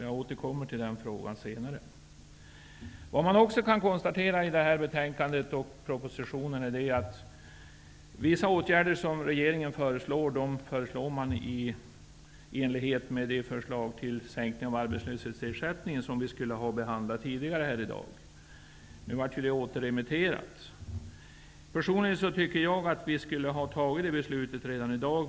Jag återkommer till den här frågan senare. Man kan även konstatera att vissa av regeringen föreslagna åtgärder föreslås i enlighet med det förslag om sänkning av arbetslöshetsersättningen som skulle behandlats tidigare i dag. Nu blev betänkandet återremitterat. Personligen tycker jag att vi skulle ha fattat det beslutet redan i dag.